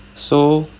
so